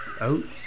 Oats